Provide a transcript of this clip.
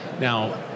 Now